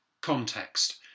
context